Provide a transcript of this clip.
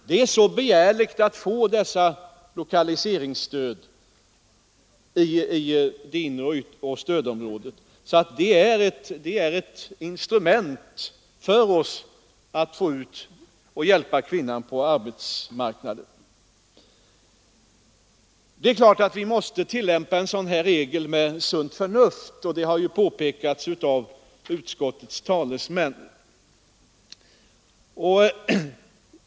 Det är så begärligt att få lokaliseringsstöd i det inre och yttre stödområdet att det är ett instrument för oss att hjälpa kvinnorna att komma ut på arbetsmarknaden. Det är klart att vi med sunt förnuft måste tillämpa en sådan här regel, det har påpekats av utskottets talesmän.